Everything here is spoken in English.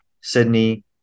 Sydney